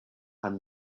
and